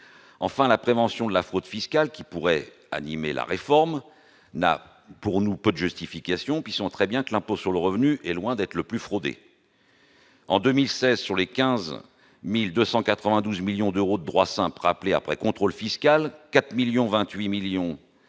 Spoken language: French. Enfin, la prévention de la fraude fiscale, qui pourrait animer la réforme, n'est pour nous guère justifiée, puisque l'impôt sur le revenu est loin d'être le plus fraudé. En 2016, sur les 15 292 millions d'euros de droits simples rappelés après contrôle fiscal, 4 028 millions